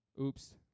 Oops